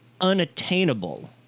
unattainable